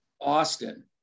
Austin